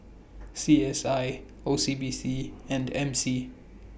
C S I O C B C and M C